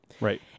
Right